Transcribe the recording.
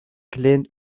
gelehnt